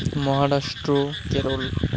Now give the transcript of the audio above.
Maharashtra Kerala